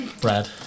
Brad